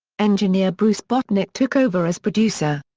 engineer bruce botnick took over as producer.